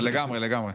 לגמרי, לגמרי.